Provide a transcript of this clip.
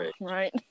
Right